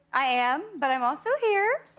i am, but i'm also here.